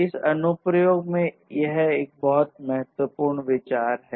इन अनुप्रयोग मे यह बहुत महत्वपूर्ण विचार है